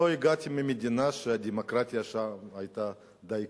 לא הגעתי ממדינה שהדמוקרטיה שם היתה די כבדה.